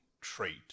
trait